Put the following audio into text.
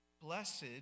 Blessed